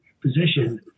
position